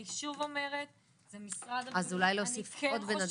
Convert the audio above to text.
אני שוב אומרת -- אז אולי להוסיף עוד בן אדם.